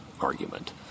argument